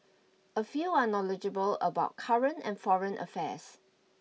a few are knowledgeable about current and foreign affairs